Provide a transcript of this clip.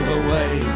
away